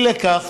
אי לכך,